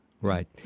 Right